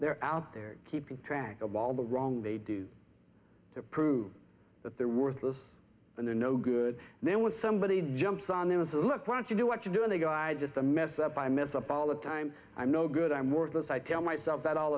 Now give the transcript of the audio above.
they're out there keeping track of all the wrong they do to prove that they're worthless and they're no good then when somebody jumps on there was a look once you do what you're doing a guy just to mess up i miss about all the time i'm no good i'm worthless i tell myself that all